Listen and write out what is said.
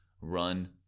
run